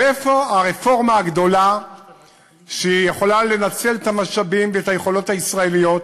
ואיפה הרפורמה הגדולה שיכולה לנצל את המשאבים ואת היכולות הישראליות,